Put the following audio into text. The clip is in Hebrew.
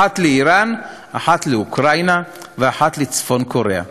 אחת לאיראן, אחת לאוקראינה ואחת לצפון-קוריאה.